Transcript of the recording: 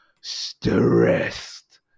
stressed